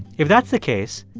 if that's the case,